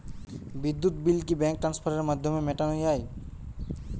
বিদ্যুৎ বিল কি ব্যাঙ্ক ট্রান্সফারের মাধ্যমে মেটানো য়ায়?